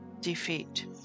defeat